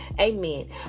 Amen